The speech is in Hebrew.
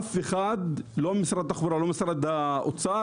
אף אחד לא משרד התחבורה ולא משרד האוצר